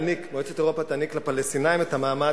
שמועצת אירופה תעניק לפלסטינים את המעמד